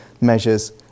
measures